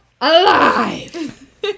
alive